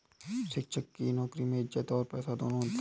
शिक्षक की नौकरी में इज्जत और पैसा दोनों मिलता है